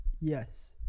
yes